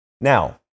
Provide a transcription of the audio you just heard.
Now